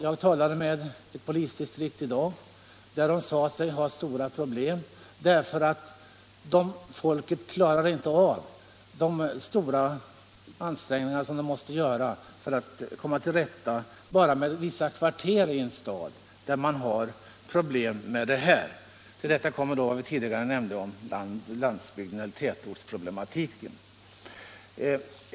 Jag talade med ett polisdistrikt i dag där de sade sig ha stora problem därför att personalen inte klarar de stora ansträngningar som krävs för att komma till rätta bara med vissa kvarter i en stad där det finns narkotikaproblem. Till detta kommer det vi tidigare nämnde om tätortsproblematiken.